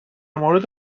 مورد